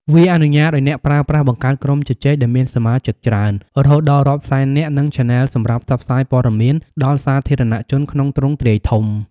វាអនុញ្ញាតឱ្យអ្នកប្រើប្រាស់បង្កើតក្រុមជជែកដែលមានសមាជិកច្រើន រហូតដល់រាប់សែននាក់ និងឆានែលសម្រាប់ផ្សព្វផ្សាយព័ត៌មានដល់សាធារណជនក្នុងទ្រង់ទ្រាយធំ។